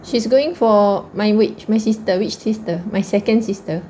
she's going for my which my sister which sister my second sister